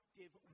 give